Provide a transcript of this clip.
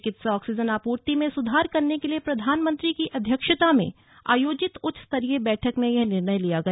चिकित्सा ऑक्सीजन आपूर्ति में सुधार करने के लिए प्रधानमंत्री की अध्यक्षता में आयोजित उच्च स्तरीय बैठक में यह निर्णय लिया गया